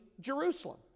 Jerusalem